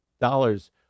dollars